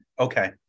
Okay